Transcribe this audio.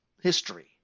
history